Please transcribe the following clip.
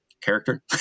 character